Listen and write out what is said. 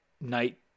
night